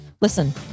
Listen